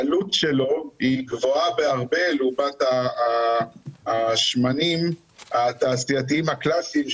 העלות שלו היא גבוהה בהרבה לעומת השמנים התעשייתיים הקלאסיים,